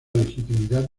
legitimidad